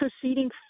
proceeding